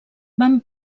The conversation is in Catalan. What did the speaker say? van